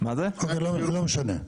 האם האדם במשגב יותר חשוב,